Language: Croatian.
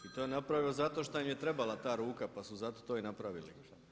I to je napravio zato što im je trebala ta ruka pa su zato to i napravili.